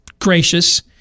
gracious